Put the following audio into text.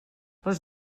les